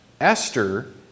Esther